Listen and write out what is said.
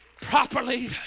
properly